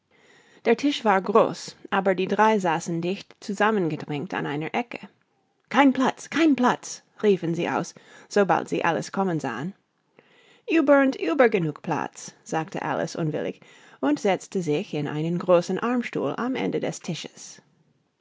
der tisch war groß aber die drei saßen dicht zusammengedrängt an einer ecke kein platz kein platz riefen sie aus sobald sie alice kommen sahen ueber und über genug platz sagte alice unwillig und setzte sich in einen großen armstuhl am ende des tisches